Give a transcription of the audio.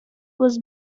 was